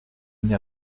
n’ai